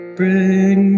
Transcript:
bring